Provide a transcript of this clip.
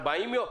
40 יום.